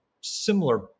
similar